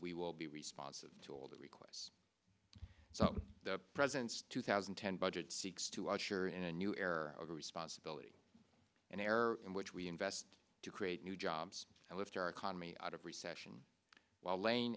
we will be responsive to all the requests so the president's two thousand and ten budget seeks to usher in a new era of responsibility an error in which we invest to create new jobs and lift our economy out of recession while la